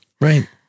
Right